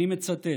אני מצטט: